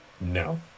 No